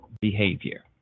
behavior